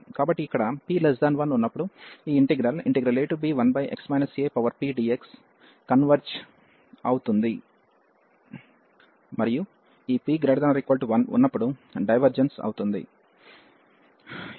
కాబట్టి ఇక్కడ p1వున్నప్పుడు ఈ ఇంటిగ్రల్ ab1x apdxకన్వెర్జ్ అవుతుంది మరియు ఈp≥1 ఉన్నప్పుడు డైవర్జెన్స్ అవుతుంది